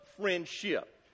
friendship